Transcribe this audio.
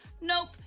Nope